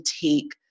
take